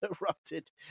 erupted